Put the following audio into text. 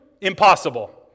Impossible